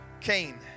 Cain